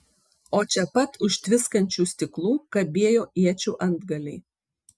o čia pat už tviskančių stiklų kabėjo iečių antgaliai